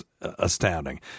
astounding